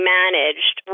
managed